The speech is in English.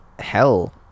Hell